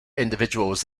individuals